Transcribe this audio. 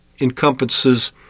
encompasses